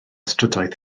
strydoedd